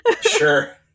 Sure